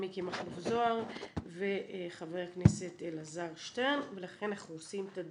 מיקי מכלוף זוהר וחבר הכנסת אלעזר שטרן ולכן אנחנו עושים את הדיון.